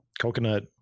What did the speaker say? coconut